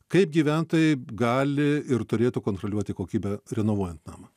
kaip gyventojai gali ir turėtų kontroliuoti kokybę renovuojant namą